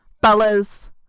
Bella's